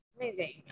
Amazing